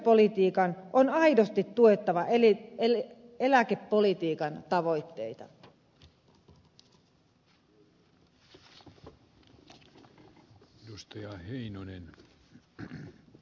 terveyspolitiikan on aidosti tuettava eläkepolitiikan tavoitteita